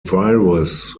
virus